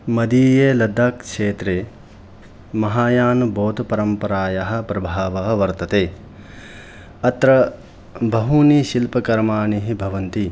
मदीये लद्दाक्क्षेत्रे महायानबौद्धपरम्परायाः प्रभावः वर्तते अत्र बहूनि शिल्पकर्माणि भवन्ति